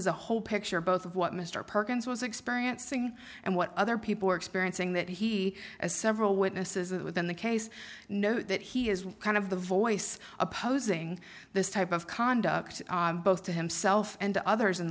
is the whole picture both of what mr perkins was experiencing and what other people are experiencing that he has several witnesses that within the case know that he is kind of the voice opposing this type of conduct both to himself and to others in